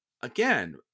again